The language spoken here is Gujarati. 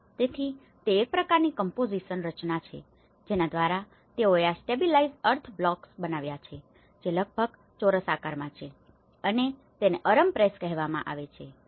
તેથી તે એક પ્રકારની કમ્પોઝીસનcompositionરચના છે જેના દ્વારા તેઓએ આ સ્ટેબીલાઈઝડ અર્થ બ્લોક્સ બનાવ્યા છે જે લગભગ ચોરસ આકારમાં છે અને તેને અરમ પ્રેસ કહેવામાં આવે છે